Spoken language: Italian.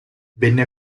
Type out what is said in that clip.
venne